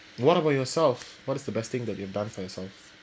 what about yourself what is the best thing that you've done for yourself